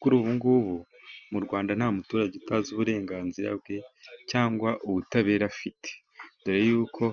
Kuri ubu mu Rwanda, nta muturage utazi uburenganzira bwe cyangwa ubutabera afite. Dore y’uko